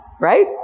right